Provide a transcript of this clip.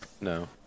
No